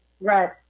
Right